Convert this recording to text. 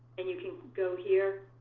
and you can go here